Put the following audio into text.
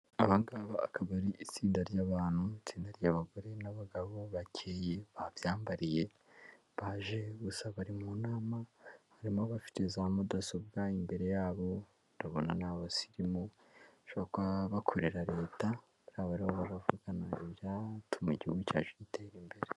Aba ngaba akaba ari itsinda ry'abantu, itsinda ry'abagore n'abagabo bakeye, babyambariye, baje gusa bari mu nama, harimo bafite za mudasobwa imbere y'abo, urabona ni abasirimu, bashobora kuba bakorera leta, buriya baravugana ibyatuma igihugu cyacu gitera imbere.